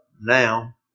now